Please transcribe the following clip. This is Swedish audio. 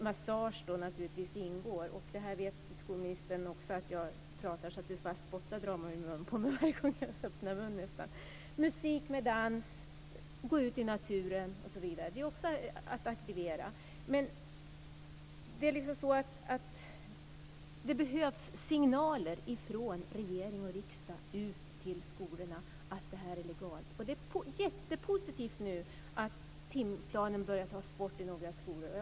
Massage har naturligtvis ingått. Skolministern vet att jag kan prata så att det spottar drama ur munnen på mig. Musik och dans och att gå ut i naturen är också ett sätt att aktivera. Det behövs signaler från regering och riksdag ut i skolorna att denna fråga är legal. Det är positivt att timplanen har tagits bort i några skolor.